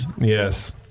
Yes